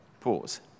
Pause